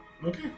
Okay